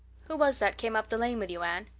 who was that came up the lane with you, anne?